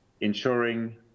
ensuring